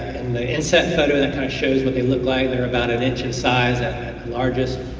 the inset photo it and kind of shows what they look like, they are about an inch in size at largest.